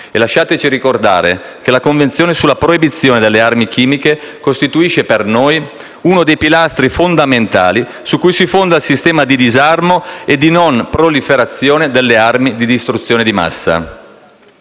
E lasciateci ricordare che la Convenzione sulla proibizione delle armi chimiche costituisce per noi uno dei pilastri fondamentali su cui si fonda il sistema di disarmo e di non proliferazione delle armi di distruzione di massa.